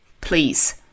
please